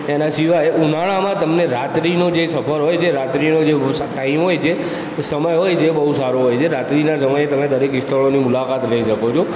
એના સિવાય ઉનાળામાં તમને રાત્રિનો જે સફર હોય છે રાત્રિનો જે ઓ ટાઇમ હોય છે એ સમય હોય જે બહુ સારો હોય છે રાત્રિના સમયે તમે દરેક સ્થળોની મુલાકાત લઇ શકો છો